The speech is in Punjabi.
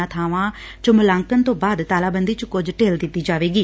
ਉਨ੍ਹਾਂ ਬਾਵਾਂ ਚ ਮੁਲਾਂਕਣ ਤੋਂ ਬਾਅਦ ਤਾਲਾਬੰਦੀ ਚ ਕੁਝ ਢਿੱਲ ਦਿੱਤੀ ਜਾਵੇਗੀ